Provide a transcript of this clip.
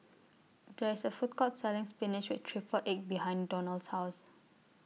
There IS A Food Court Selling Spinach with Triple Egg behind Donal's House